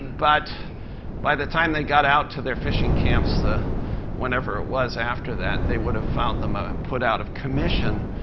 but by the time they got out to their fishing camps, the whenever it was after that, they would have found them ah put out of commission,